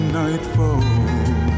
nightfall